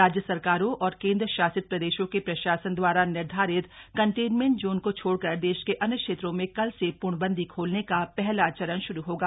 राज्य सरकारों और केन्द्रशासित प्रदेशों के प्रशासन द्वारा निर्धारित कंटेनमेंट जोन को छोड़कर देश के अन्य क्षेत्रों में कल से पूर्णबंदी खोलने का पहला चरण शुरु होगा